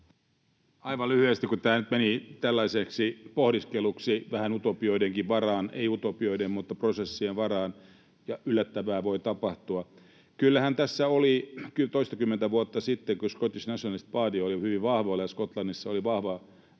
Aivan lyhyesti, kun tämä nyt meni tällaiseksi pohdiskeluksi, vähän utopioidenkin varaan — ei utopioiden mutta prosessien varaan — ja yllättävää voi tapahtua. Kyllähän toistakymmentä vuotta sitten, kun Scottish National Party oli hyvin vahvoilla ja Skotlannissa oli vahva